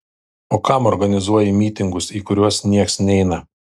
o kam organizuoji mytingus į kuriuos nieks neina